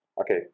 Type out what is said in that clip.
Okay